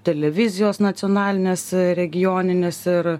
televizijos nacionalinės regioninės ir